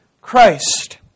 Christ